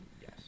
Yes